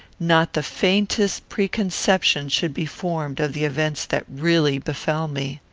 not the faintest preconception should be formed of the events that really befell me.